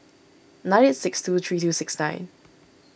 nine eight six two three two six nine